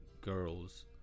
girls